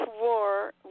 war